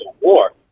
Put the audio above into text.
war